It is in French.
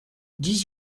dix